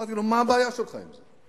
אמרתי לו: מה הבעיה שלך עם זה?